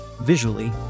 Visually